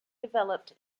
developed